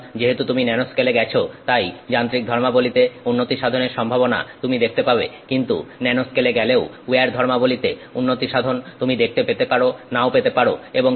সুতরাং যেহেতু তুমি ন্যানো স্কেলে গেছো তাই যান্ত্রিক ধর্মাবলীতে উন্নতি সাধনের সম্ভাবনা তুমি দেখতে পাবে কিন্তু ন্যানো স্কেলে গেলেও উইয়ার ধর্মাবলীতে উন্নতিসাধন তুমি দেখতে পেতে পারো নাও পেতে পারো